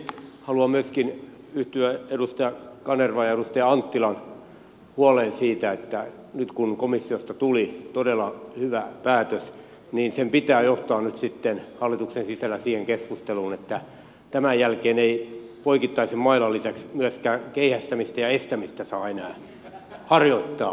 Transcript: haluan myöskin yhtyä edustaja kanervan ja edustaja anttilan huoleen siitä että nyt kun komissiosta tuli todella hyvä päätös sen pitää johtaa nyt sitten hallituksen sisällä siihen keskusteluun että tämän jälkeen ei poikittaisen mailan lisäksi myöskään keihästämistä ja estämistä saa enää harjoittaa